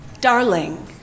Darling